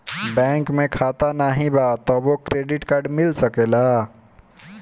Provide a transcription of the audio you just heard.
Bank में खाता नाही बा तबो क्रेडिट कार्ड मिल सकेला?